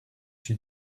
she